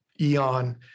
Eon